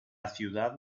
ciudad